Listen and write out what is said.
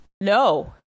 no